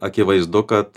akivaizdu kad